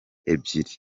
ebyiri